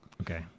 Okay